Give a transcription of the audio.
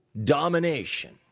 domination